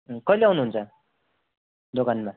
कहिले आउनु हुन्छ दोकानमा